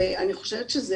ואני חושבת שזה